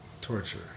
torture